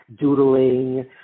doodling